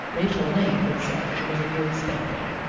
rachel lynde would say it was a good spanking.